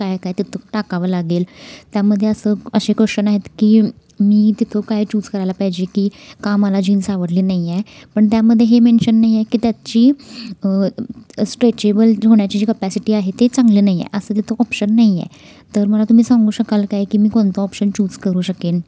काय काय तिथं टाकावं लागेल त्यामध्ये असं असे क्वेश्शन आहेत की मी तिथं काय चूज करायला पाहिजे की का मला जीन्स आवडले नाही आहे पण त्यामध्ये हे मेन्शन नाही आहे की त्याची स्ट्रेचेबल होण्याची जी कपॅसिटी आहे ते चांगली नाही आहे असं तिथं ऑप्शन नाही आहे तर मला तुम्ही सांगू शकाल काय की मी कोणतं ऑप्शन चूज करू शकेन